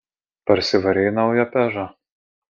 parsivarei naują pežą